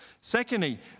Secondly